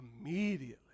immediately